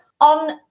on